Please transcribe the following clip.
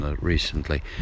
recently